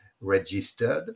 registered